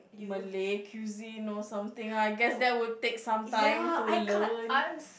Malay cuisine or something I guess that would take some time to learn